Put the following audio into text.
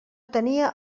tenia